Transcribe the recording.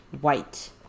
white